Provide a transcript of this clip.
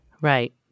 Right